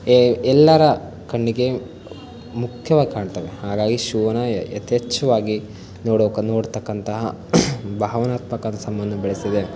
A ಎಲ್ಲರ ಕಣ್ಣಿಗೆ ಮುಖ್ಯವಾಗಿ ಕಾಣ್ತವೆ ಹಾಗಾಗಿ ಶೂನ ಯಥೇಚ್ವಾಗಿ ನೋಡೊ ನೋಡ್ತಕ್ಕಂತಹ ಭಾವನಾತ್ಮಕವಾದ ಸಂಬಂಧ ಬೆಳೆಸಿದೆ